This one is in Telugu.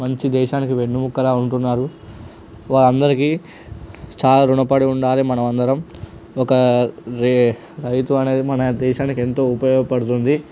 మంచి దేశానికి వెన్నెముకలా ఉంటున్నారు వాళ్ళ అందరికీ చాలా రుణపడి ఉండాలి మనమందరం ఒక రైతు అనేది మన దేశానికి ఎంతో ఉపయోగపడుతుంది